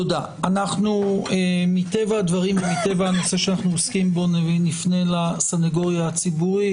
מטבע הדברים נפנה לסנגוריה הציבורית.